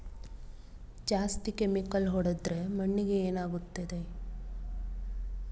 ಜಾಸ್ತಿ ಕೆಮಿಕಲ್ ಹೊಡೆದ್ರ ಮಣ್ಣಿಗೆ ಏನಾಗುತ್ತದೆ?